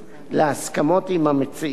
להסכמות עם המציעים,